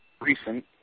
recent